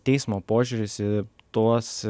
teismo požiūris į tuos